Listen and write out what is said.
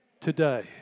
today